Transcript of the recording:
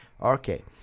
Okay